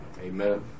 Amen